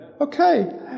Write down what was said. Okay